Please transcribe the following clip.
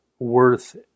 worth